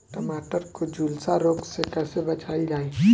टमाटर को जुलसा रोग से कैसे बचाइल जाइ?